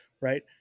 right